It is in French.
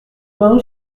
vingts